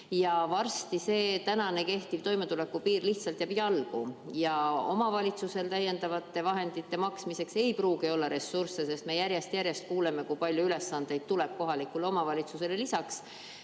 ja varsti see kehtiv toimetulekupiir lihtsalt jääb jalgu. Omavalitsusel täiendavate vahendite maksmiseks ei pruugi olla ressursse, sest me järjest-järjest kuuleme, kui palju ülesandeid tuleb kohalikule omavalitsusele lisaks.